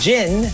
Jin